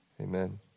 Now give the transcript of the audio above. amen